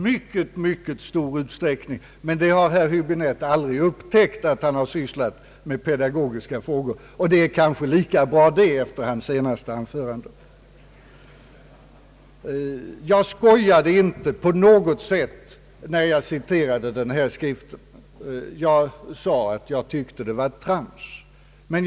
Herr Höäöbinette har tydligen aldrig upptäckt att han sysslat med sådant, vilket kanske är lika bra att döma av hans anförande. Jag skojade inte på något sätt när jag citerade ur den lilla handboken. Däremot sade jag att innehållet var rent trams.